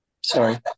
sorry